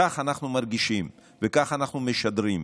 כך אנחנו מרגישים וכך אנחנו משדרים.